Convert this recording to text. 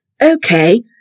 okay